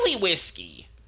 whiskey